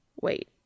Wait